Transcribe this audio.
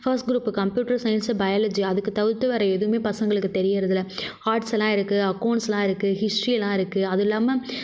first group computer science biology அதுக்கு தவுர்த்து வேறு எதுவுமே பசங்களுக்கு தெரிகிறதில்ல ஆட்ஸ்யெலாம் இருக்குது அக்கவுண்ட்ஸ்யெலாம் இருக்குது ஹிஸ்ட்ரியெலாம் இருக்குது அதுவும் இல்லாமல்